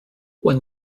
when